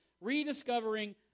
Rediscovering